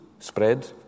Spread